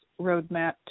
roadmap